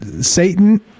Satan